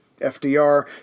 FDR